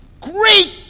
Great